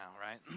right